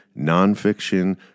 nonfiction